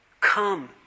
Come